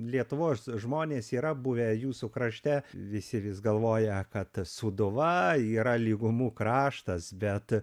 lietuvos žmonės yra buvę jūsų krašte visi vis galvoja kad sūduva yra lygumų kraštas bet